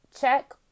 check